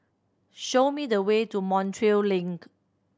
show me the way to Montreal Link